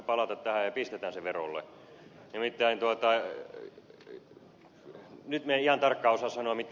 nimittäin nyt minä en ihan tarkkaan osaa sanoa mitä te tarkoitatte